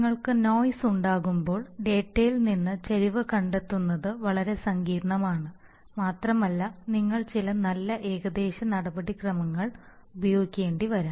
നിങ്ങൾക്ക് നോയിസ് ഉണ്ടാകുമ്പോൾ ഡാറ്റയിൽ നിന്ന് ചരിവ് കണ്ടെത്തുന്നത് വളരെ സങ്കീർണ്ണമാണ് മാത്രമല്ല നിങ്ങൾ ചില നല്ല ഏകദേശ നടപടിക്രമങ്ങൾ ഉപയോഗിക്കേണ്ടിവരാം